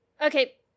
Okay